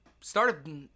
started